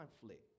conflict